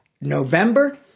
November